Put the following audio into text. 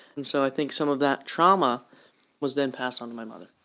and so i think some of that trauma was then passed on to my mother.